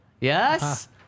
Yes